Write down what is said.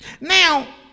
Now